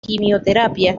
quimioterapia